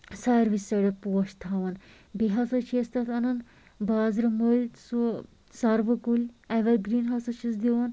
ساروٕے سایڈو پوش تھاوان بیٚیہِ ہسا چھِ أسۍ تَتھ اَنان بازرٕ مٔلۍ سُہ سروٕ کُلۍ ایٚوَرگرٛیٖن ہسا چھِس دِوان